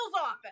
office